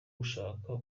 dushaka